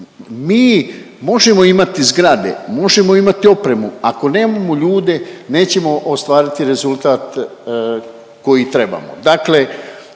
Mi možemo imati zgrade, možemo imati opremu, ako nemamo ljude nećemo ostvariti rezultat koji trebamo.